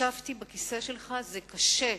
ישבתי בכיסא שלך, זה קשה.